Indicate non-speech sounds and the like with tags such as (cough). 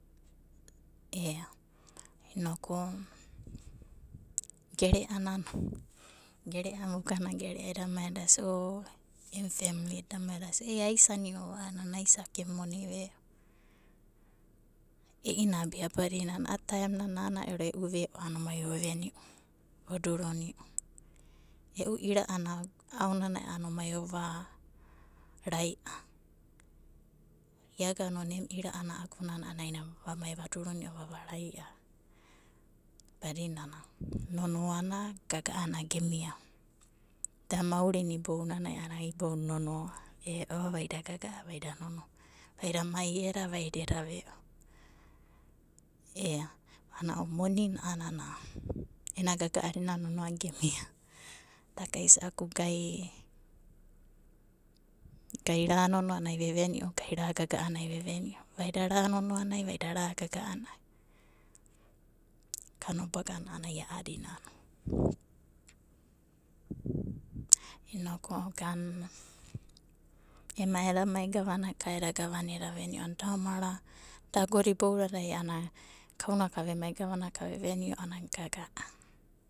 E'a inoku, gereanana, geranai ogana gereava emu besenda (unintelligible) ada'mai eda'isanio eda sia o'aisania aisani'ova a'anana aisaku, emu vaku ve'o. I'iana abia badinana a'ai agona nana era e'u ve'o a'anana omai oveni'u, oduru'ni'u. E'u ira'ana aonanai a'anana omai ova rai'a. ia'agana oruna e'mu ira'ana aonanai a'anana nana vamai vadu'runio vavaraia. Badinana nonoa mai gaga'ana gemia'va, da maurina ibounanai a'anana nonoa gemiava, ve'o nonoa gaga'ana, gemiava. Vai'da mai eda, vaida eda ve'o ea ana ounanai manina ena gagana ena nonoa emiava. Da'kaisa'a ku gai, gai ra'nonoanai vevenio, gai ra gaga'anai vevenio vaida ranonoanai vaida ragaga'anai kanobagana a'anana ai a'adina, inoku gan'na ema da mai gavanaka eda gavana eda ve'nio da omara, da agona ibounanai a'anana kauna'ka vemai ganaka veveni a'anana gaga'a.